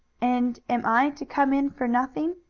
and am i to come in for nothing?